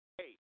eight